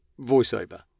voiceover